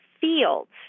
fields